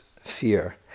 fear